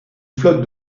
flotte